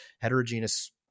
heterogeneous